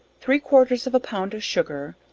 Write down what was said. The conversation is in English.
three quarters of a pound of sugar,